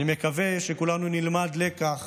אני מקווה שכולנו נלמד לקח